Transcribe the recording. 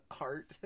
art